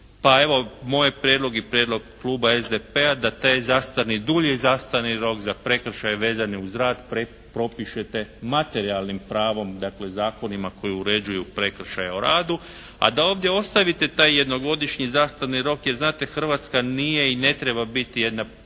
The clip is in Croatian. je prijedlog i prijedlog kluba SDP-a da taj zastarni dulji, taj zastarni rok za prekršaje vezane uz rad propišete materijalnim pravom dakle, zakonima koji uređuju prekršaje o radu. A da ovdje ostavite taj jednogodišnji zastarni rok, jer znate, Hrvatska nije i ne treba biti jedna